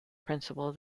principle